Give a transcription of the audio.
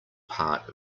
part